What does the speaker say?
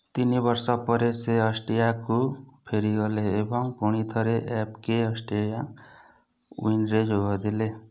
ତିନି ବର୍ଷ ପରେ ସେ ଅଷ୍ଟ୍ରିଆକୁ ଫେରିଗଲେ ଏବଂ ପୁଣିଥରେ ଏଫ୍ କେ ଅଷ୍ଟ୍ରିଆ ୱିନ୍ରେ ଯୋଗ ଦେଲେ